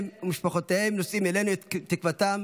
הם ומשפחותיהם תולים אלינו את תקוותם